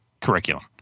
curriculum